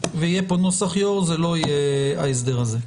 ויהיה פה נוסח יו"ר, זה לא יהיה ההסדר הזה.